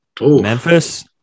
Memphis